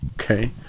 Okay